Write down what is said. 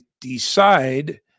decide